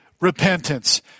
repentance